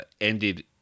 ended